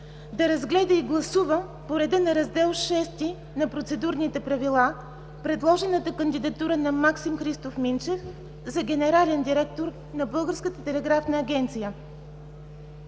да разгледа и гласува по реда на Раздел VI на Процедурните правила предложената кандидатура на Максим Христов Минчев за генерален директор на